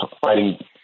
fighting